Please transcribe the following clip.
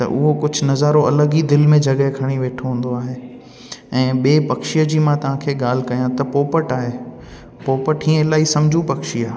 त उहो कुझु नज़ारो अलॻि ई दिल में जॻहि खणी वेठो हूंदो आहे ऐं ॿिए पक्षीअ जी ॻाल्हि कयां त पोपट आहे पोपट हीअं इलाही सम्झू पक्षी आहे